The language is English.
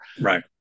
Right